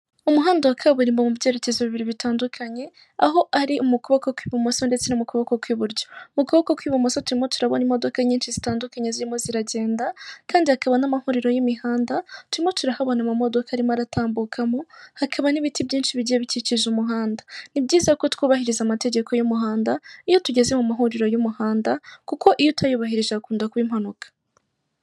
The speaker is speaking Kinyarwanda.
Handitseho irembo ahatangirwa ubufasha ku birebana no kwiyandikisha cyangwa se mu kwishyura imisoro, kwifotoza n'ibindi bijye bitandukanye.